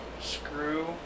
screw